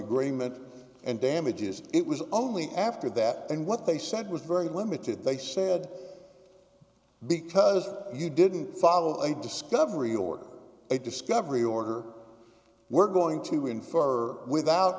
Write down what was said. agreement and damages it was only after that and what they said was very limited they said because you didn't follow a discovery or a discovery order we're going to infer without